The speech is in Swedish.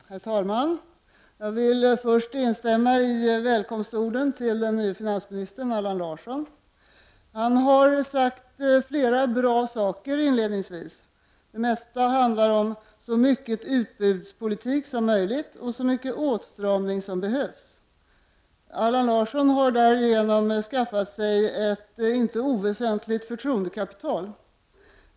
Herr talman! Jag vill först instämma i välkomstorden till den nye finansministern Allan Larsson. Han har inledningsvis sagt flera bra saker. Det mesta handlar om så mycket utbudspolitik som möjligt och så mycket åtstramning som behövs. Allan Larsson har därigenom skaffat sig ett inte oväsentligt förtroendekapital.